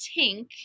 Tink